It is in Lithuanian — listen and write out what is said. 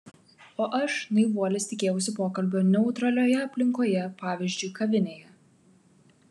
o aš naivuolis tikėjausi pokalbio neutralioje aplinkoje pavyzdžiui kavinėje